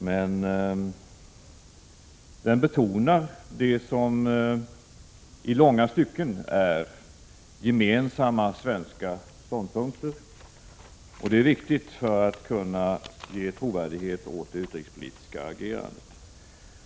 Men den betonar vad som i långa stycken är gemensamma svenska ståndpunkter, och det är viktigt för att man skall kunna ge trovärdighet åt det utrikespolitiska agerandet.